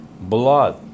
blood